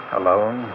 alone